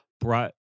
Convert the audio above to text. brought